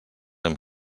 amb